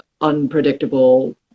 unpredictable